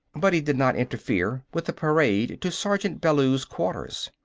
but he did not interfere with the parade to sergeant bellews' quarters.